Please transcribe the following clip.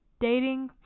dating